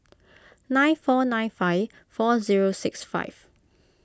nine four nine five four zero six five